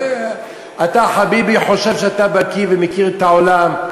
אתה, חביבי, חושב שאתה בקי ומכיר את העולם.